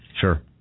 Sure